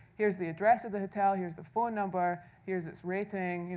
here's the address of the hotel, here's the phone number, here's its rating,